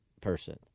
person